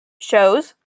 shows